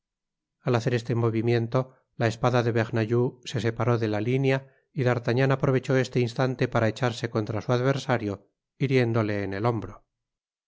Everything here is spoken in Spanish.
al hacer este movimiento la espada de bernajoux se separó de la línea y d'artagnan aprovechó este instante para echarse contra su adversario hiriéndole en el hombro